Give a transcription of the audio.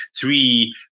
three